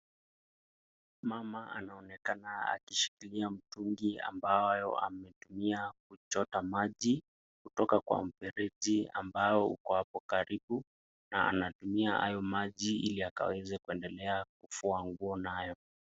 Mama anaonekana akishikilia mtungi ambayo ametumia kuchota maji kutoka Kwa mifereji huko hapo karibu na anatumia hayo maji hili akaweze kifua nguo na hayo.